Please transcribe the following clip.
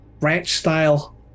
ranch-style